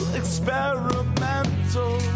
experimental